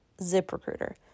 ZipRecruiter